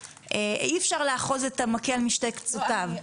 אי-אפשר לאחוז את המקל בשני קצותיו.